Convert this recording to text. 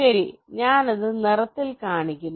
ശരി ഞാൻ അത് നിറത്തിൽ കാണിക്കുന്നു